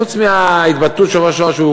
חוץ מההתבטאות בשבוע שעבר,